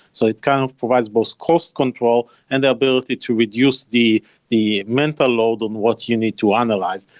so it kind of provides both cost control and the ability to reduce the the mental load on what you need to analyze.